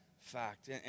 fact